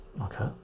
Okay